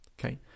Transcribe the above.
Okay